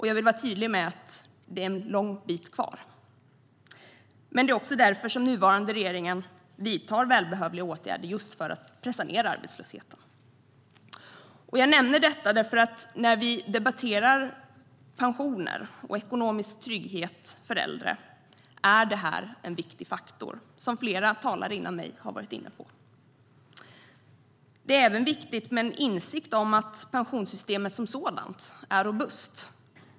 Jag vill vara tydlig med att det är en lång bit kvar. Det är också därför som den nuvarande regeringen vidtar välbehövliga åtgärder, just för att pressa ned arbetslösheten. Jag nämner detta eftersom det är en viktig faktor när vi debatterar pensioner och ekonomisk trygghet för äldre, som flera talare före mig har varit inne på. Det är även viktigt med en insikt om att pensionssystemet som sådant är robust.